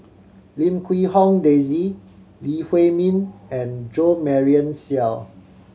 Lim Quee Hong Daisy Lee Huei Min and Jo Marion Seow